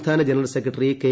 സംസ്ഥാന general secretary K